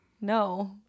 no